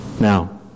Now